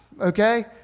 Okay